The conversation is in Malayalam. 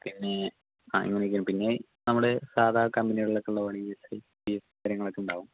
അപ്പോൾ അതില് പിന്നെ കാര്യമങ്ങനെയൊക്കെയാണ് പിന്നെ നമ്മൾ സാധാ കമ്പനിയിലൊക്കെ പോലെ പി എഫ് കാര്യങ്ങളൊക്കെയുണ്ടാവും